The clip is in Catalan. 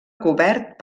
cobert